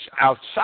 outside